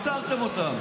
עצרתם אותם.